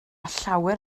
llawer